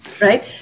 Right